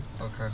Okay